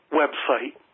website